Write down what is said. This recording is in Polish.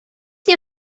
nie